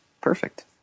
Perfect